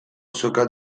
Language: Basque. soka